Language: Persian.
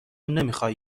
نمیخوای